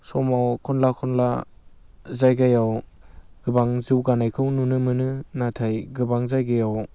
समाव खनला खनला जायगायाव गोबां जौगानायखौ नुनो मोनो नाथाय गोबां जायगायाव